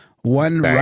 One